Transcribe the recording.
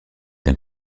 d’un